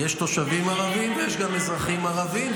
יש תושבים ערבים ויש גם אזרחים ערבים,